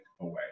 away